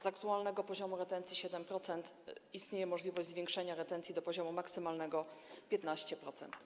Z aktualnego poziomu retencji, 7%, istnieje możliwość zwiększenia retencji do poziomu maksymalnego, 15%.